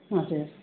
हजुर